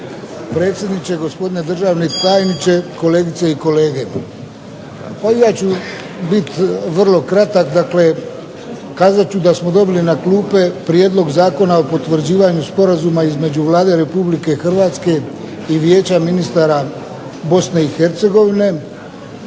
predsjedniče. Gospodine državni tajniče, kolegice i kolege. Ja ću biti vrlo kratak, dakle kazat ću da smo dobili na klupe Prijedlog zakona o potvrđivanju Sporazuma između Vlade Republike Hrvatske i Vijeća ministara Bosne i Hercegovine